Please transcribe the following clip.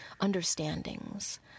Understandings